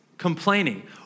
complaining